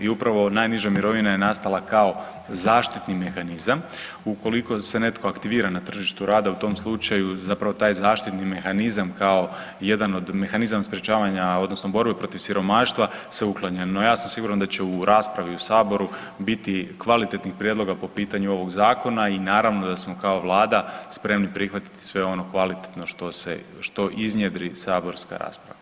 I upravo najniža mirovina je nastala kao zaštitni mehanizam ukoliko se netko aktivira na tržištu rada u tom slučaju zapravo taj zaštitni mehanizam kao jedan od mehanizama sprječavanja odnosno borbe protiv siromaštva se uklanja, no ja sam siguran da će u raspravi u Saboru biti kvalitetnih prijedloga po pitanju ovog Zakona i naravno da smo kao Vlada spremni prihvatiti sve ono kvalitetno što iznjedri saborska rasprava.